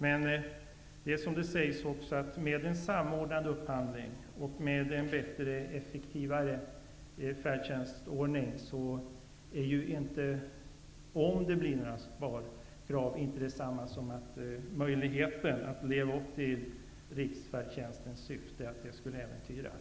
Men, som det sägs, med en samordnad upphandling och med en bättre och effektivare färdtjänstordning är frågan om huruvida det blir några sparkrav inte detsamma som att möjligheten att leva upp till riksfärdtjänstens syften skulle äventyras.